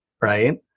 right